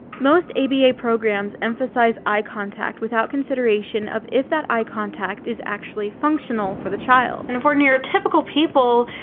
most aba programs emphasize eye contact without consideration of if that eye contact is actually functional for the child. and for neurotypical people,